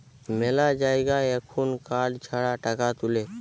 মেলা জায়গায় এখুন কার্ড ছাড়া টাকা তুলে